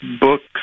books